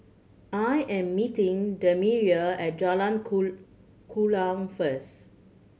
I am meeting Demetria at Jalan Kuala first